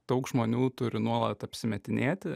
daug žmonių turi nuolat apsimetinėti